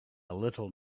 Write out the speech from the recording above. little